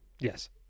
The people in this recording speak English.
Yes